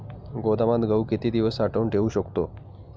गोदामात गहू किती दिवस साठवून ठेवू शकतो?